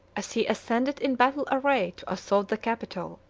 as he ascended in battle array to assault the capitol,